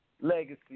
legacy